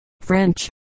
French